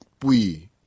pui